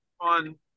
on